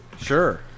Sure